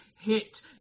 hit